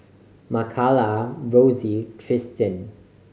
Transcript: Makala Rosy Tristian